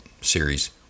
series